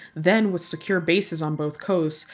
then, with secure bases on both coasts.